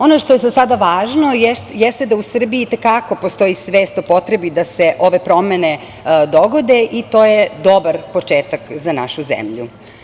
Ono što je za sada važno jeste da u Srbiji itekako postoji svest o potrebi da se ove promene dogode i to je dobar početak za našu zemlju.